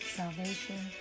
salvation